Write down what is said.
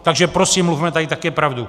Takže prosím, mluvme tady také pravdu.